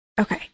Okay